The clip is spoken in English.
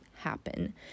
happen